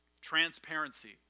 transparency